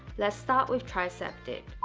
let's start with tricep dip